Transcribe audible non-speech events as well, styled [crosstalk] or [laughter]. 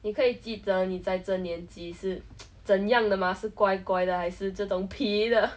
你可以记得你在这年纪是 [noise] 怎样的吗是乖乖的还是这种皮的